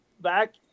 back